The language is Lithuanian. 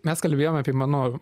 mes kalbėjome apie mano